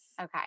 okay